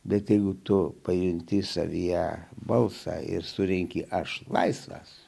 bet jeigu tu pajunti savyje balsą ir surinki aš laisvas